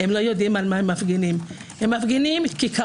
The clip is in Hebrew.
הם לא יודעים על מה הם מפגינים.